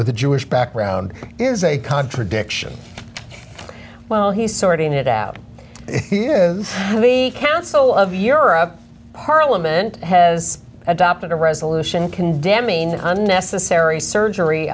with a jewish background is a contradiction well he's sorting it out here is the council of europe parliament has adopted a resolution condemning unnecessary surgery